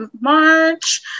March